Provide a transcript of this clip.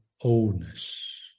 oldness